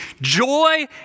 joy